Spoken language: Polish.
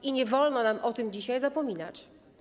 I nie wolno nam o tym dzisiaj zapominać.